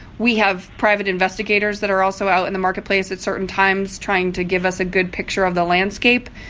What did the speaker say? we have private investigators that are also out in the marketplace at certain times, trying to give us a good picture of the landscape.